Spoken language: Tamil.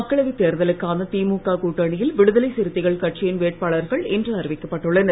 மக்களவைத் தேர்தலுக்கான திமுக கூட்டணியில் விடுதலை சிறுத்தைகள் கட்சியின் வேட்பாளர்கள் இன்று அறிவிக்கப் பட்டுள்ளனர்